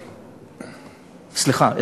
סליחה,